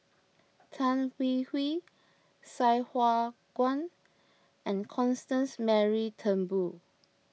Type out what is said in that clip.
Tan Hwee Hwee Sai Hua Kuan and Constance Mary Turnbull